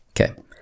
Okay